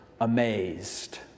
amazed